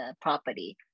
property